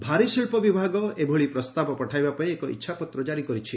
ଭାରୀଶିଳ୍ପ ବିଭାଗ ଏଭଳି ପ୍ରସ୍ତାବ ପଠାଇବା ପାଇଁ ଏକ ଇଚ୍ଛାପତ୍ର ଜାରି କରିଛି